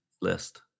list